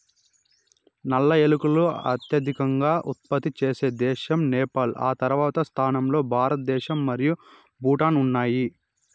నల్ల ఏలకులు అత్యధికంగా ఉత్పత్తి చేసే దేశం నేపాల్, ఆ తర్వాతి స్థానాల్లో భారతదేశం మరియు భూటాన్ ఉన్నాయి